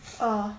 uh